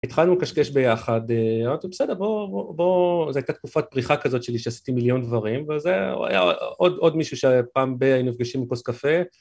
התחלנו לקשקש ביחד, אמרתי בסדר, בוא, זה הייתה תקופת פריחה כזאת שלי שעשיתי מיליון דברים, וזהו, היה עוד מישהו שהיה פעם ב, היינו נפגשים לכוס קפה.